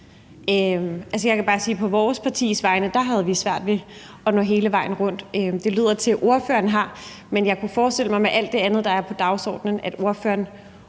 af vores parti, at vi havde svært ved at nå hele vejen rundt. Det lyder til, at ordføreren har nået det, men jeg kunne forestille mig, at ordføreren med alt det andet, der er på dagsordenen, også